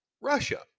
Russia